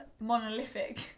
monolithic